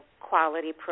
quality